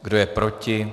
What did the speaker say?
Kdo je proti?